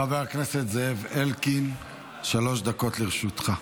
חבר הכנסת זאב אלקין, שלוש דקות לרשותך.